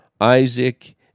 Isaac